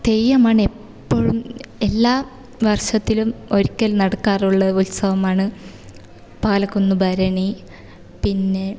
തെയ്യമാണ് എപ്പോഴും എല്ലാ വർഷത്തിനും ഒരിക്കൽ നടക്കാറുള്ള ഉത്സവമാണ് പാലക്കുന്ന് ഭരണി പിന്നെ